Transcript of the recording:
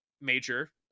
major